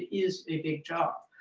is a big job.